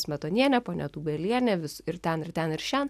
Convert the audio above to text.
smetonienė ponia tūbelienė vis ir ten ir ten ir šen